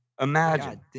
Imagine